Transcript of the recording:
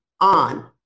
on